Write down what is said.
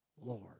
Lord